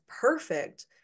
perfect